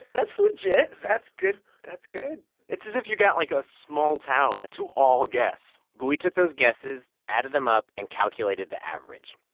that's legit. that's good. that's good it's as if you got, like, a small town to all guess bui took those guesses, added them up and calculated the average.